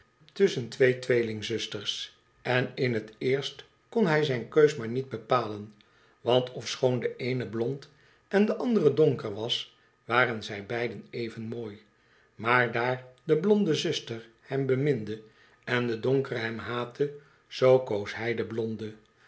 tusschen twee tweelingzusters en in t eerst kon hij zijn keus maar niet bepalen want ofschoon de eene blond en de andere donker was waren zij beiden even mooi maar daar de blonde zuster hem beminde en de donkere hem haatte zoo koos hij de blonde